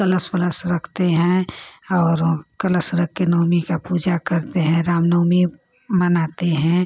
कलश वलस रखते हैं और कलश रख कर नवमी का पूजा करते हैं राम नवमी मनाते हैं